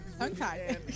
Okay